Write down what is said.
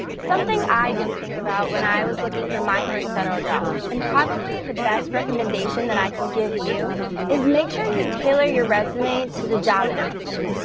something i didn't think about when i was looking for my first federal job and probably the best recommendation i can give you is make sure you tailor your resume to the job announcement.